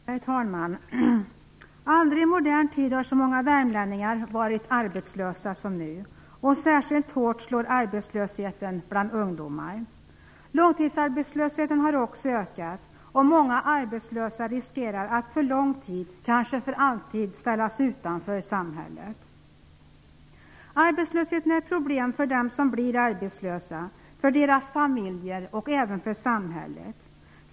Herr talman! Aldrig i modern tid har så många värmlänningar som nu varit arbetslösa, och särskilt hårt slår arbetslösheten bland ungdomar. Också långtidsarbetslösheten har ökat, och många arbetslösa riskerar att för lång tid, kanske för alltid, ställas utanför samhället. Arbetslösheten är ett problem för dem som blir arbetslösa, för deras familjer och även för samhället.